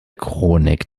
chronik